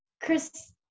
Chris